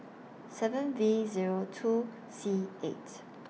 seven V Zero two C eight